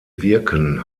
wirken